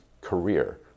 career